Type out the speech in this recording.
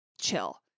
chill